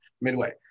midway